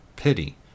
pity